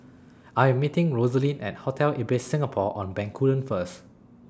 I Am meeting Rosaline At Hotel Ibis Singapore on Bencoolen First